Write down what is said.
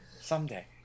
Someday